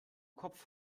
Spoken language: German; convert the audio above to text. kopf